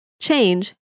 change